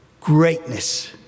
Greatness